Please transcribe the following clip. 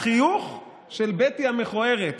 החיוך של בטי המכוערת,